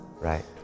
Right